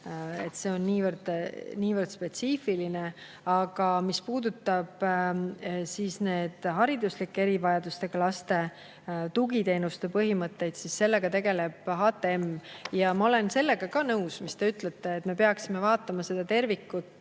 see on niivõrd spetsiifiline. Aga mis puudutab hariduslike erivajadustega laste tugiteenuste põhimõtteid, siis sellega tegeleb HTM. Ma olen nõus ka sellega, mis te ütlete, et me peaksime vaatama seda tervikut